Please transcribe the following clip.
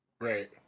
Right